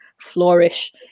flourish